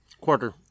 Quarter